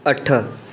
अठ